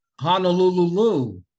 Honolulu